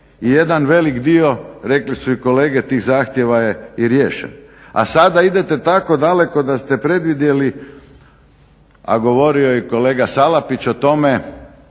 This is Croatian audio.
I jedan velik dio rekli su i kolege tih zahtjeva je i riješen, a sada idete tako daleko da ste predvidjeli, a govorio je i kolega Salapić o tome